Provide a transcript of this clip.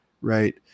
right